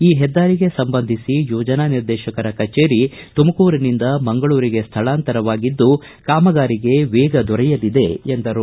ಈ ಹೆದ್ದಾರಿಗೆ ಸಂಬಂಧಿಸಿ ಯೋಜನಾ ನಿರ್ದೇಶಕರ ಕಚೇರಿ ತುಮಕೂರಿನಿಂದ ಮಂಗಳೂರಿಗೆ ಸ್ವಳಾಂತರವಾಗಿದ್ದು ಕಾಮಗಾರಿಗೆ ವೇಗ ದೊರೆಯಲಿದೆ ಎಂದರು